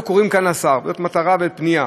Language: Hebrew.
אנו קוראים כאן לשר, זאת מטרה ופנייה,